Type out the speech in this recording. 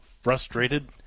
frustrated